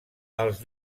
els